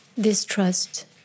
distrust